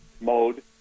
mode